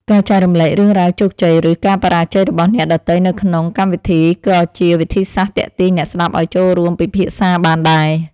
ការចែករំលែករឿងរ៉ាវជោគជ័យ ឬការបរាជ័យរបស់អ្នកដទៃនៅក្នុងកម្មវិធីក៏ជាវិធីសាស្ត្រទាក់ទាញអ្នកស្តាប់ឱ្យចូលរួមពិភាក្សាបានដែរ។